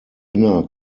inner